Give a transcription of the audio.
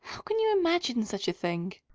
how can you imagine such a thing?